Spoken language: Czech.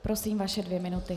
Prosím, vaše dvě minuty.